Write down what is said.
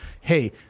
hey